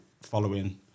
following